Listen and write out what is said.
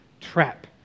trap